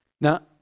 Now